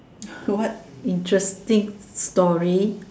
what interesting story